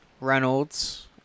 Reynolds